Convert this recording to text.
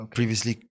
Previously